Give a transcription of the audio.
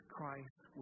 Christ